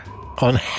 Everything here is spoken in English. on